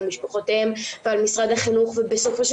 על משפחותיהם ועל משרד החינוך ובסופו של